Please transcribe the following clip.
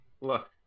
Look